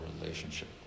relationship